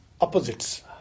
opposites